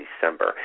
December